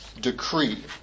decree